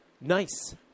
Nice